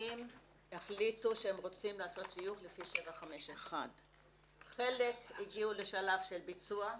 קיבוצים החליטו שהם רוצים לעשות שיוך לפי 751. חלק הגיעו לשלב של ביצוע,